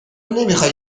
نمیخوای